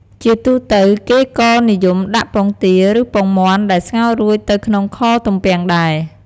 ជាទូទៅ គេក៏និយមដាក់ពងទា ឬ ពងមាន់ដែលស្ងោររួចទៅក្នុងខទំពាំងដែរ។